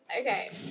okay